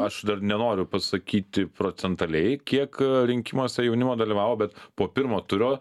aš dar nenoriu pasakyti procentaliai kiek rinkimuose jaunimo dalyvavo bet po pirmo turo